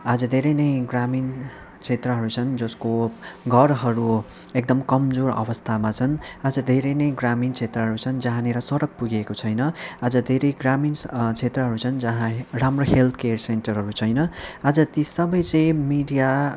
आज धेरै नै ग्रामीण क्षेत्रहरू छन् जसको घरहरू एकदम कमजोर अवस्थामा छन् आज धेरै नै ग्रामीण क्षेत्रहरू छन् जहाँनिर सडक पुगेको छैन आज धेरै ग्रामीण क्षेत्रहरू छन् जहाँ राम्रो हेल्थ केयर सेन्टरहरू छैन आज ती सबै चाहिँ मिडिया